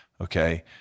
Okay